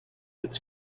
its